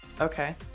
Okay